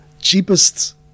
cheapest